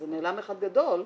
זה נעלם אחד גדול,